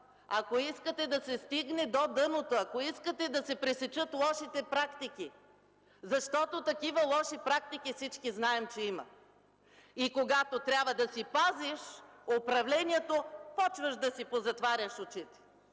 ако искате да се стигне до дъното, ако искате да се пресекат лошите практики”! Такива лоши практики всички знаем, че има. И когато трябва да си пазиш управлението, започваш да си позатваряш очите.